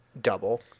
double